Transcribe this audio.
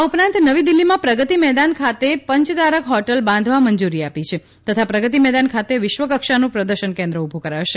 આ ઉપરાંત નવી દીલ્ફીમાં પ્રગતિ મેદાન ખાતે પંચતારક હોટલ બાંધવા મંજૂરી આપી છે તથા પ્રગતિમેદાન ખાતે વિશ્વકક્ષાનું પ્રદર્શન કેન્દ્ર ઉભું કરાશે